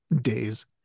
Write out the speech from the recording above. days